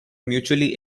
mutually